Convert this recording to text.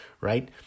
right